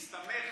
מסתמכת.